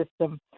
system